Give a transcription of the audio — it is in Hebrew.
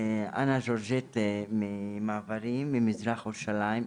אני ג'ורג'ית מ'מעברים' ממזרח ירושלים,